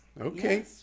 Okay